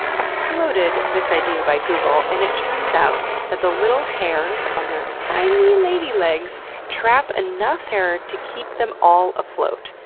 i floated this idea by google, and it turns out that the little hairs on their tiny and lady legs trap enough air to keep them all afloat.